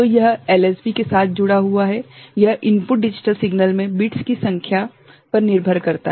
तो यह एलएसबी के साथ जुड़ा हुआ है यह इनपुट डिजिटल सिग्नल में बिट्स की संख्या पर निर्भर करता है